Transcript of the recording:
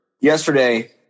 yesterday